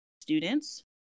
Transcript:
students